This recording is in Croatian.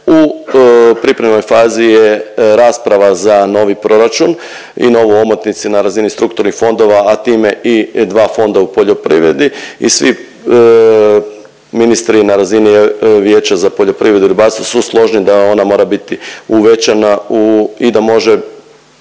U pripremnoj fazi je rasprava za novi proračun i novu omotnicu na razini strukturnih fondova, a time i dva fonda u poljoprivredi i svi ministri na razini Vijeća za poljoprivredu i ribarstvo su složni da ona mora biti uvećana u, i da može